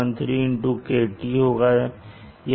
HdHa 1 113 kT होगा